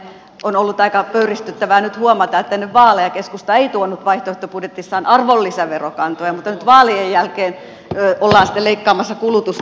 on ollut aika pöyristyttävää nyt huomata että ennen vaaleja keskusta ei tuonut vaihtoehtobudjetissaan arvonlisäverokantoja mutta nyt vaalien jälkeen ollaan sitten leikkaamassa kulutusta